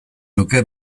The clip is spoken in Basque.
nuke